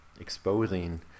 exposing